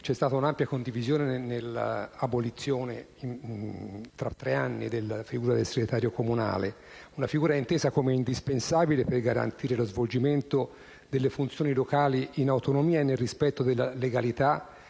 C'è stata un'ampia condivisione nell'abolizione, tra tre anni, della figura del segretario comunale; figura intesa come indispensabile per garantire lo svolgimento delle funzioni locali in autonomia e nel rispetto della legalità